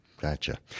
Gotcha